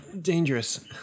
dangerous